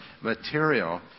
material